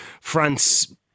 France